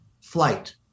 flight